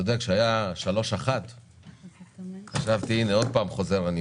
אני מצטרפת לברכות, במיוחד